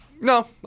no